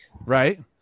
right